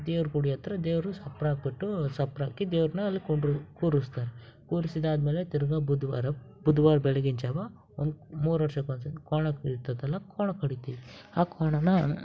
ದೇವ್ರ ಗುಡಿ ಹತ್ರ ದೇವ್ರ ಚಪ್ರ ಹಾಕಿಬಿಟ್ಟು ಚಪ್ರ ಹಾಕಿ ದೇವ್ರನ್ನ ಅಲ್ಲಿ ಕುಂಡ್ರ್ ಕೂರಿಸ್ತಾರೆ ಕೂರಿಸಿದಾದ್ಮೇಲೆ ತಿರ್ಗಿ ಬುಧವಾರ ಬುಧ್ವಾರ ಬೆಳ್ಗಿನ ಜಾವ ಒಂದು ಮೂರು ವರ್ಷಕ್ಕೊಂದು ಸಲ ಕೋಣ ಕಡೀತತಲ್ಲ ಕೋಣ ಕಡೀತೀವಿ ಆ ಕೋಣನ